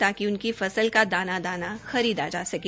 ताकि उनकी फसल का दाना दाना खरीदा जा सके